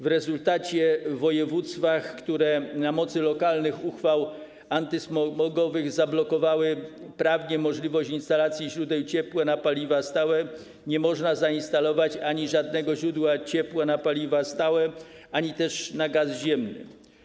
W rezultacie w województwach, które na mocy lokalnych uchwał antysmogowych zablokowały prawnie możliwość instalacji źródeł ciepła na paliwa stałe, nie można zainstalować ani żadnego źródła ciepła na paliwa stałe, ani też na gaz ziemny.